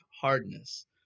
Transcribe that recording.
hardness